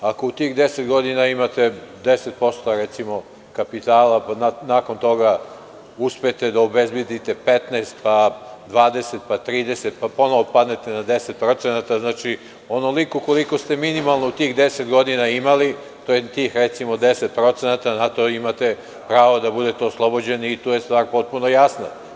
Ako u tih deset godina imate 10% recimo kapitala pa nakon toga uspete da obezbedite 15, pa 20, pa 30, pa ponovo padnete na 10%, znači, onoliko koliko ste minimalno u tih deset godina imali to je tih recimo 10% na to imate pravo da budete oslobođeni i tu je stvar potpuno jasna.